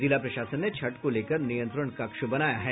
जिला प्रशासन ने छठ को लेकर नियंत्रण कक्ष बनाया है